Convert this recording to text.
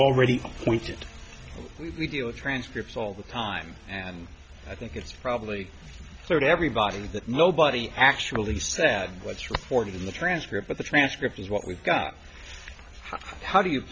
already pointed out reveal transcripts all the time and i think it's probably fair to everybody that nobody actually said what's reported in the transcript but the transcript is what we've got how do you